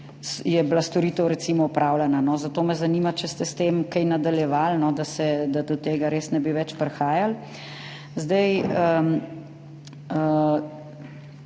je bila storitev recimo opravljena. Zato me zanima, ali ste s tem kaj nadaljevali, da do tega res ne bi več prihajalo. Na